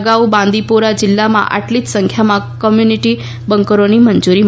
અગાઉ બાંદીપોરા જિલ્લામાં આટલી જ સંખ્યામાં કોમ્યુનિટી બંકરોની મંજૂરી મળી હતી